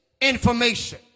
information